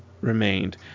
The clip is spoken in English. remained